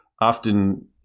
often